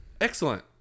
excellent